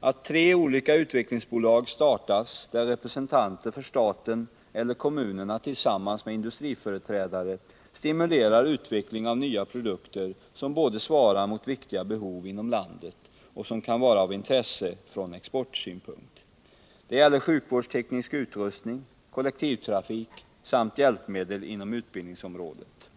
att tre olika utvecklingsbolag startas, där representanter för staten eller kommunerna tillsammans med industriföreträdare stimulerar utveckling av nya produkter, som både svarar mot viktiga behov inom landet och som kan vara av intresse från exportsynpunkt. Det gäller sjukvårdsteknisk utrustning, kollektivtrafik samt hjälpmedel inom utbildningsområdet.